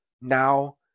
now